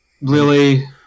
Lily